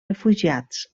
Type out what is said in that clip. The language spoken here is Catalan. refugiats